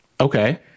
Okay